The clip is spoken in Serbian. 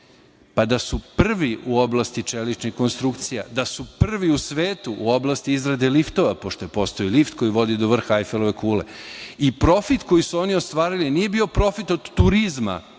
Pa da su prvi u oblasti čeličnih konstrukcije, da su prvi u svetu u oblasti izrade liftova, pošto je postojao lift koji vodi do vrha Ajfelove kule i profit koji su oni ostvarili nije bio profit od turizma